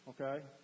okay